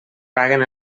paguen